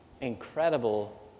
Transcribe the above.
incredible